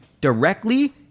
directly